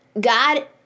God